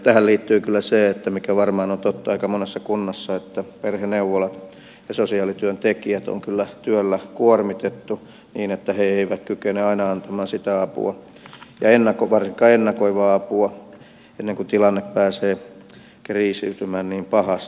tähän liittyy kyllä se mikä varmaan on totta aika monessa kunnassa että perheneuvolat ja sosiaalityöntekijät ovat työllä kuormitettuja niin että he eivät kykene aina antamaan sitä apua ja varsinkaan ennakoivaa apua ennen kuin tilanne pääsee kriisiytymään niin pahasti